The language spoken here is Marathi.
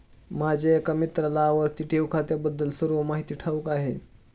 माझ्या एका मित्राला आवर्ती ठेव खात्याबद्दल सर्व माहिती ठाऊक आहे